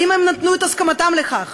האם הם נתנו את הסכמתם לכך?